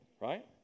right